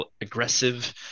aggressive